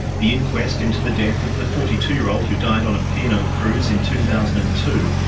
the inquest into the death of the forty two year old, who died on a p and o cruise in two thousand and two,